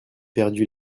perdu